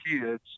kids